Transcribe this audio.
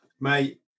Mate